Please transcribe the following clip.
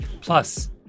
Plus